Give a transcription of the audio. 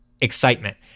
excitement